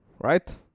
right